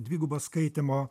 dvigubas skaitymo